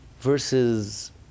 versus